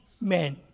men